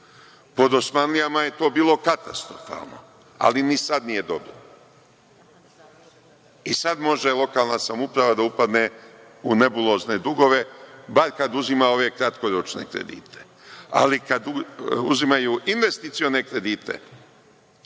Po Osmanlijama je to bilo katastrofalno, ali ni sada nije dobro. I, sada može lokalna samouprava da upadne u nebulozne dugove bar kad uzima ove kratkoročne kredite, ali kada uzimaju investicione kredite,